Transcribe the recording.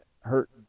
hurt